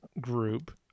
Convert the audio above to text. Group